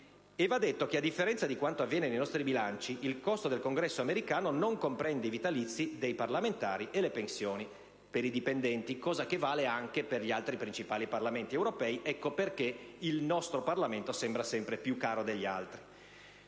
E va detto che, a differenza di quanto avviene nei nostri bilanci, il costo del Congresso americano non comprende i vitalizi dei parlamentari e le pensioni dei dipendenti, cosa che vale anche per i principali Parlamenti europei: ecco perché il nostro Parlamento sembra sempre più caro degli altri.